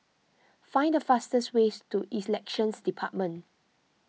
find the fastest way to Elections Department